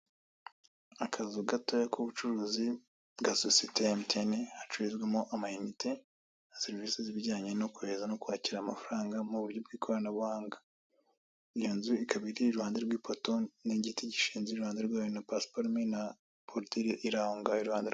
Akazu gatoya k'ubucuruzi bwa sosiyete ya emutiyene, hacururizwamo amayinite na serivise zibijyanye no kohereza no kwakira amafaranga mu buryo bw'ikoranabuhanga, iyo nzu ikaba iri iruhande rw'ipoto n'igiti gishinze iruhande rwayo na pasiparumu na borodire iraho ngaho iruhande